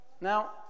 Now